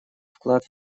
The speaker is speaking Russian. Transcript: вклад